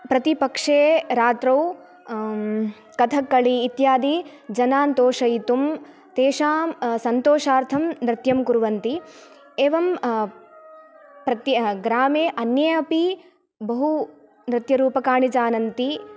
प्रतिपक्षे रात्रौ कथक्कलि इत्यादि जनान् तोषयितुं तेषां सन्तोषार्थं नृत्यं कुर्वन्ति एवं प्रत्य् ग्रामे अन्येपि बहु नृत्यरूपकाणि जानन्ति